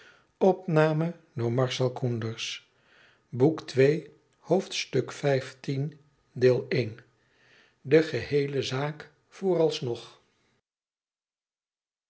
de geheele zaak vooralsnog